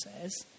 says